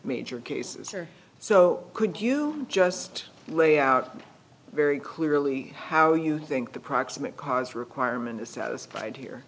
major cases or so could you just lay out very clearly how you think the proximate cause requirement is satisfied here